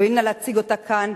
יואיל נא להציג אותה כאן,